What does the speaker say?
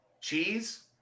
Cheese